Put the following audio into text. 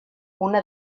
una